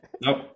Nope